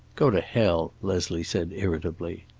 go to hell, leslie said irritably.